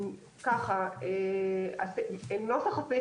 נוסח הסעיף,